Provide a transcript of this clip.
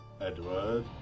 Edward